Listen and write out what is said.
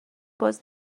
باز